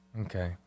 Okay